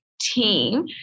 team